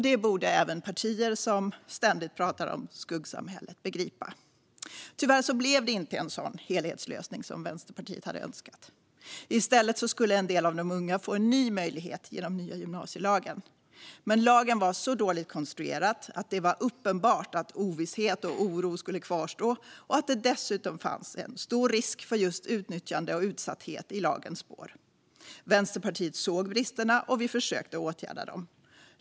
Det borde även partier som ständigt pratar om skuggsamhället begripa. Tyvärr blev det inte en sådan helhetslösning som Vänsterpartiet hade önskat. I stället skulle en del av de unga få en ny möjlighet genom nya gymnasielagen. Lagen var dock så dåligt konstruerad att det var uppenbart att ovisshet och oro skulle kvarstå och att det dessutom fanns stor risk för utnyttjande och utsatthet i lagens spår. Vänsterpartiet såg bristerna och försökte åtgärda dem.